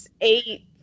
eight